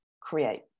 create